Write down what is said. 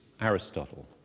Aristotle